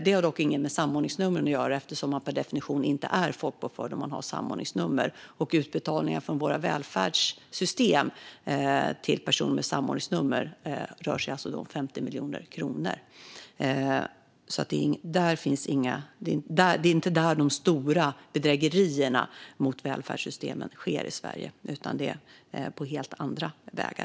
Det har dock inget med samordningsnumren att göra eftersom man per definition inte är folkbokförd om man har samordningsnummer. Utbetalningarna från våra välfärdssystem till personer med samordningsnummer rör sig om 50 miljoner kronor. Det är alltså inte där de stora bedrägerierna mot välfärdssystemen i Sverige sker, utan det är på helt andra vägar.